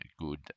good